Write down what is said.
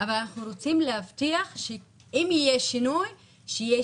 אבל אנחנו רוצים להבטיח שאם יהיה שינוי שיהיה